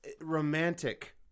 romantic